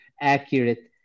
accurate